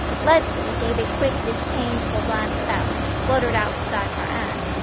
leslie gave a quick, disdainful glance about, fluttered out beside her aunt,